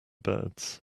birds